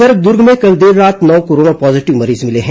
उधर दूर्ग में कल देर रात नौ कोरोना पॉजीटिव मरीज मिले हैं